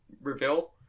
reveal